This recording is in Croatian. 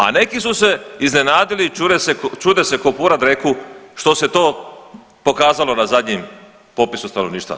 A neki su se iznenadili i čude se ko pura dreku što se to pokazalo na zadnjem popisu stanovništva.